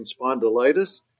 spondylitis